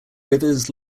rivers